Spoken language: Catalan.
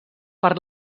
per